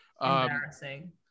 Embarrassing